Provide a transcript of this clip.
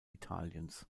italiens